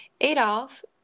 Adolf